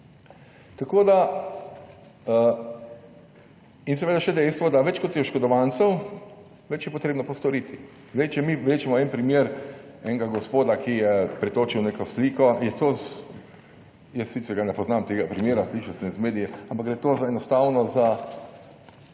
in seveda še dejstvo, da več kot je oškodovancev, več je potrebno postoriti. Zdaj, če mi vlečemo en primer enega gospoda, ki je pretočil v neko sliko, je to, jaz sicer ne poznam tega primera, slišal sem iz medijev, ampak gre to enostavno za,